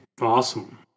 Awesome